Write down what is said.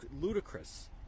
ludicrous